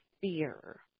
Fear